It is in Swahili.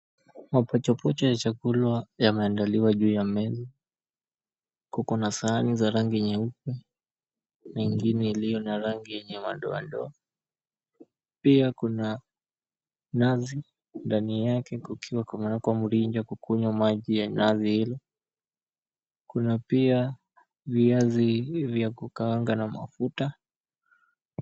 Mapochopocho ya chakula yameandaliwa juu ya meza, kuko na sahani za rangi nyeupe na ingine iliyo na rangi yenye madoadoa. Pia kuna nazi ndani yake kukiwa kumewekwa mrija kukunywa maji ya nazi hilo. Kuna pia viazi vya kukaanga na mafuta